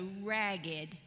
ragged